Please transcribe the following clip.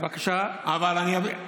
בבקשה, עשר דקות.